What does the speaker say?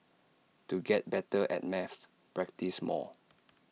to get better at maths practise more